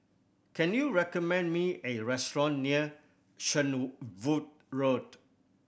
can you recommend me A restaurant near Road